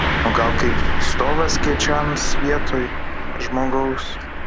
o gal kaip stovas skėčiams vietoj žmogaus